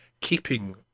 keeping